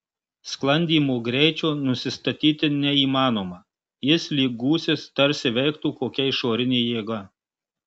sklandymo greičio nusistatyti neįmanoma jis lyg gūsis tarsi veiktų kokia išorinė jėga